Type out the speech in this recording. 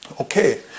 Okay